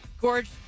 George